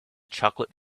chocolate